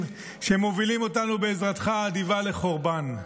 שמובילים אותנו בעזרתך האדיבה לחורבן.